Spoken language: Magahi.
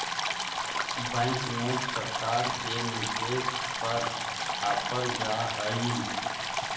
बैंक नोट सरकार के निर्देश पर छापल जा हई